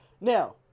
Now